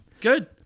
Good